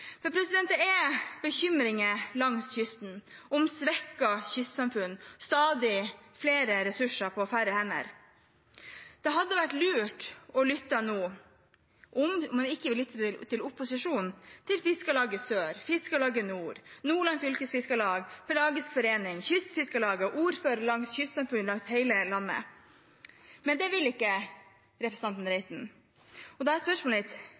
Det er bekymringer langs kysten for svekkede kystsamfunn, stadig flere ressurser på færre hender. Det hadde vært lurt å lytte nå – om man ikke vil lytte til opposisjonen – til Fiskerlaget Sør, Fiskarlaget Nord, Nordland Fylkes Fiskarlag, Pelagisk Forening, Kystfiskarlaget, ordførere fra kystsamfunn i hele landet, men det vil ikke representanten Reiten. Da er spørsmålet mitt: